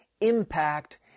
impact